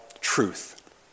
truth